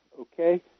okay